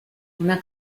una